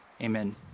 Amen